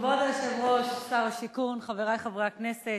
כבוד היושב-ראש, שר השיכון, חברי חברי הכנסת,